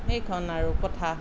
এইখন আৰু কথা